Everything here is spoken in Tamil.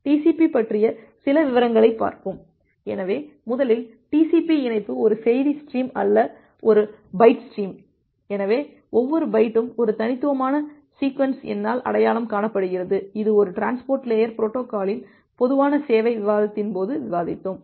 TCP பற்றிய சில விவரங்களை பார்ப்போம் எனவே முதலில் TCP இணைப்பு ஒரு செய்தி ஸ்ட்ரீம் அல்ல ஒரு பைட் ஸ்ட்ரீம் எனவே ஒவ்வொரு பைட்டும் ஒரு தனித்துவமான சீக்வென்ஸ் எண்ணால் அடையாளம் காணப்படுகிறது இது ஒரு டிரான்ஸ்போர்ட் லேயர் பொரோட்டோகால்யின் பொதுவான சேவை விவாதத்தின் போது விவாதித்தோம்